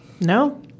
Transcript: No